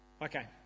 Okay